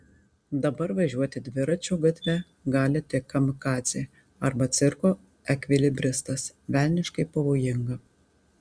dabar važiuoti dviračiu gatve gali tik kamikadzė arba cirko ekvilibristas velniškai pavojinga